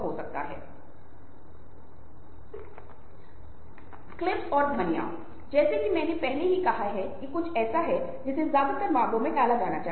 सामान्य सामाजिक लेन देन के बंटवारे को साझा करना बहुत महत्वपूर्ण है